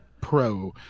Pro